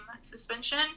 suspension